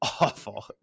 awful